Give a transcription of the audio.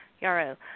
Yarrow